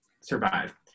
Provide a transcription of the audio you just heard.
survive